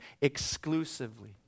exclusively